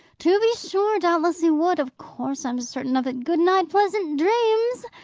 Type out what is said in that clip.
to be sure! doubtless you would. of course. i'm certain of it. good night. pleasant dreams!